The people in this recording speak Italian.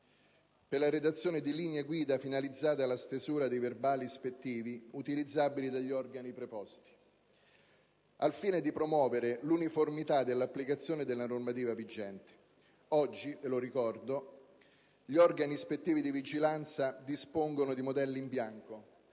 per la redazione di linee guida finalizzate alla stesura dei verbali ispettivi utilizzabili dagli organi preposti, al fine di promuovere l'uniformità della normativa vigente. Ricordo che oggi gli organi ispettivi di vigilanza dispongono di modelli in bianco